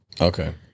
Okay